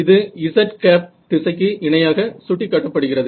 இது z திசைக்கு இணையாக சுட்டிக்காட்டப்படுகிறது